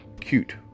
cute